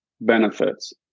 benefits